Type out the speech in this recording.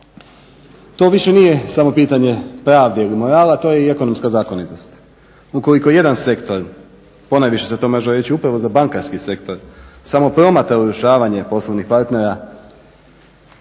To više nije samo pitanje pravde i morala, to je i ekonomska zakonitost. Ukoliko jedan sektor ponajviše se to može reći upravo za bankarski sektor samo promatra urušavanje poslovnih partnera,